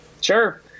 Sure